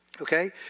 Okay